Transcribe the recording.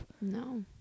No